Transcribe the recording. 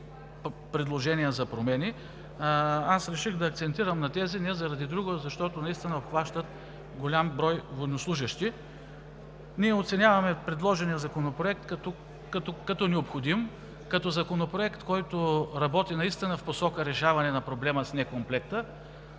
предложения за промени. Аз реших да акцентирам на тези не заради друго, а защото наистина обхващат голям брой военнослужещи. Ние оценяваме предложения законопроект като необходим, като законопроект, който работи наистина в посока за решаване на проблема с некомплекта.